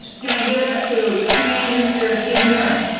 can i give it up to cutey mr. steve muir.